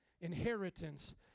inheritance